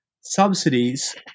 subsidies